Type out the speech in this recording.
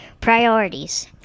priorities